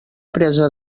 presa